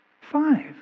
five